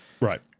Right